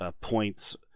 points